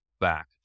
back